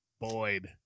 Boyd